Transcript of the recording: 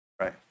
right